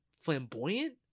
flamboyant